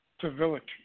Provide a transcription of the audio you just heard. civility